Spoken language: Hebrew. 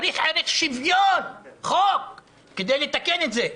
צריך ערך שוויון, חוק, כדי לתקן את זה.